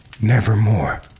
nevermore